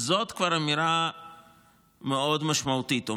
זאת כבר אמירה משמעותית מאוד.